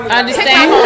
understand